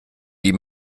die